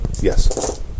Yes